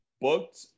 booked